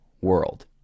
world